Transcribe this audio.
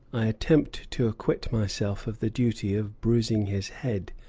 i attempt to acquit myself of the duty of bruising his head,